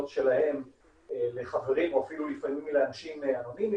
שלהם לחברים או אפילו לפעמים --- אנונימיים,